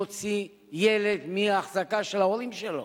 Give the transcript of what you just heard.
להוציא ילד מהחזקה של ההורים שלו.